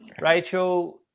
Rachel